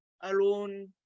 alone